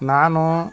ನಾನು